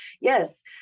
yes